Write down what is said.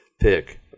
pick